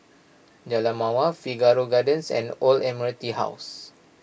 Jalan Mawar Figaro Gardens and Old Admiralty House